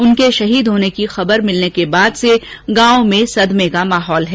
उनके शहीद होने की खबर मिलने के बाद से गांव में सदमे का माहौल है